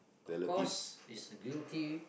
of course he's guilty